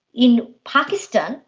in pakistan,